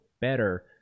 better